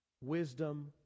wisdom